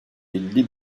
elli